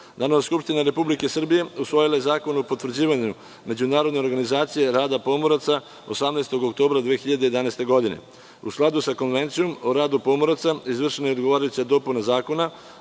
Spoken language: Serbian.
Narodna skupština Republike Srbije usvojila je Zakon o potvrđivanju Međunarodne organizacije rada pomoraca 18. oktobra 2011. godine.U skladu sa Konvencijom o radu pomoraca izvršena je odgovarajuća dopuna zakona,